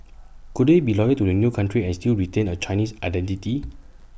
could they be loyal to A new country and still retain A Chinese identity